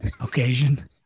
occasion